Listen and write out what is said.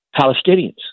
Palestinians